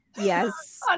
yes